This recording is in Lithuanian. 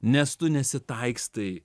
nes tu nesitaikstai